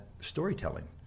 storytelling